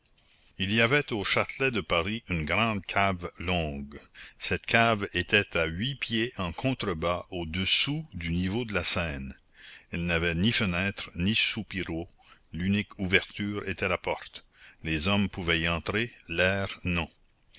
il y avait au châtelet de paris une grande cave longue cette cave était à huit pieds en contre-bas au-dessous du niveau de la seine elle n'avait ni fenêtres ni soupiraux l'unique ouverture était la porte les hommes pouvaient y entrer l'air non